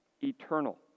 eternal